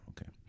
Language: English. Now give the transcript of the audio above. okay